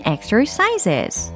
Exercises